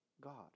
God